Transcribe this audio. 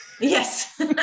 Yes